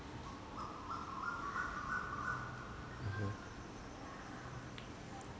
mm